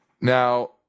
Now